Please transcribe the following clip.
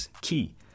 Key